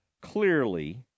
clearly